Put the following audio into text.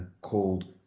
called